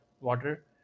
water